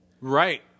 Right